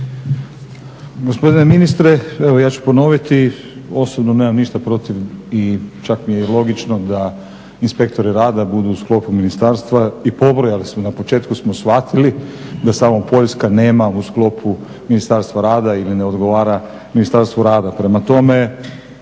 Gospodine ministre, evo ja ću ponoviti, osobno nemam ništa protiv i čak mi je logično da inspektori rada budu u sklopu ministarstva i pobrojali ste, na početku smo shvatili da samo Poljska nema u sklopu Ministarstva rada ili ne odgovara Ministarstvu rada. Prema tome